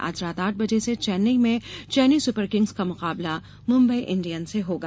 आज रात आठ बजे से चेन्नई में चेन्नई सुपर किग्स का मुकाबला मुंबई इंडियंस से होगा